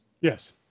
Yes